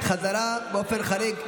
חזרה, באופן חריג.